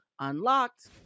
UNLOCKED